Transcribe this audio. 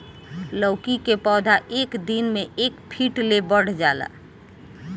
लैकी के पौधा एक दिन मे एक फिट ले बढ़ जाला